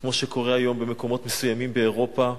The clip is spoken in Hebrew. כמו שקורה היום במקומות מסוימים באירופה,